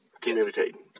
communicating